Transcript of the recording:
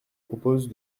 propose